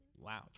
Wow